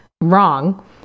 wrong